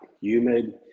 humid